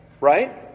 right